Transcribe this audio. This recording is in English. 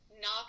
Knock